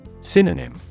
Synonym